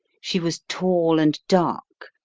she was tall and dark,